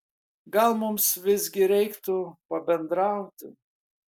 gal mums visgi reiktų pabendrauti